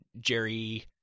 Jerry